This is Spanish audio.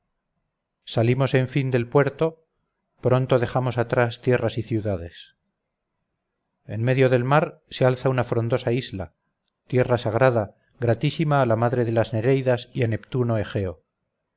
salimos en fin del puerto pronto dejamos atrás tierras y ciudades en medio del mar se alza una frondosa isla tierra sagrada gratísima a la madre de las nereidas y a neptuno egeo